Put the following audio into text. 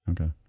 Okay